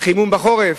חימום בחורף.